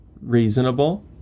reasonable